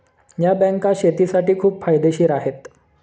या बँका शेतीसाठी खूप फायदेशीर आहेत